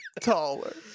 taller